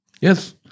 Yes